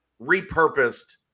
repurposed